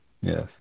Yes